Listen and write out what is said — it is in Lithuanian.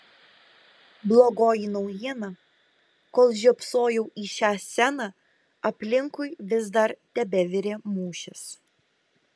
blogoji naujiena kol žiopsojau į šią sceną aplinkui vis dar tebevirė mūšis